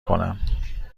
کنم